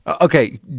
Okay